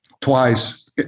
twice